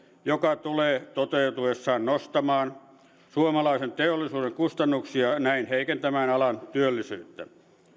joka tulee toteutuessaan nostamaan suomalaisen teollisuuden kustannuksia ja näin heikentämään alan työllisyyttä